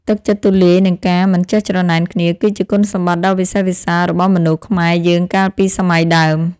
ទឹកចិត្តទូលាយ និងការមិនចេះច្រណែនគ្នា គឺជាគុណសម្បត្តិដ៏វិសេសវិសាលរបស់មនុស្សខ្មែរយើងកាលពីសម័យដើម។